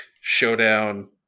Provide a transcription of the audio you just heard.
showdown